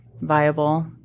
viable